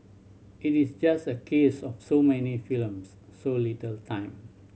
it is just a case of so many films so little time